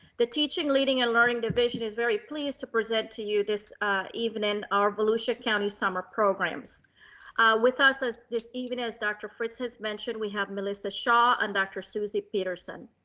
the teaching leading and learning division is very pleased to present to you this evening. our volusia county summer programs with us as this evening as dr. fritz has mentioned, we have melissa shaw and dr. susy peterson.